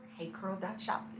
HeyCurl.shop